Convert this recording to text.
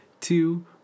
two